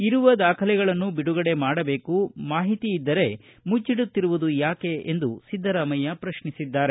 ಇರುವ ದಾಖಲೆಗಳನ್ನು ಬಿಡುಗಡೆ ಮಾಡಬೇಕು ಮಾಹಿತಿ ಇದ್ದರೆ ಮುಚ್ಚಿಡುತ್ತಿರುವುದು ಯಾಕೆ ಎಂದು ಸಿದ್ದರಾಮಯ್ಕ ಪ್ರಶ್ನಿಸಿದ್ದಾರೆ